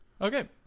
Okay